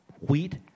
wheat